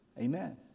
Amen